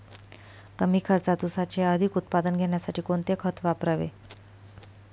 कमी खर्चात ऊसाचे अधिक उत्पादन घेण्यासाठी कोणते खत वापरावे?